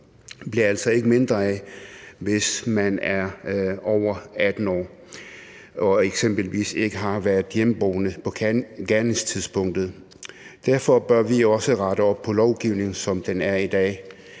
bliver altså ikke mindre, hvis man er over 18 år og eksempelvis ikke har været hjemmeboende på gerningstidspunktet. Derfor bør vi også rette op på lovgivningen, som den er i dag.